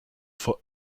for